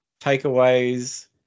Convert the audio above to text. takeaways